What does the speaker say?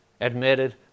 admitted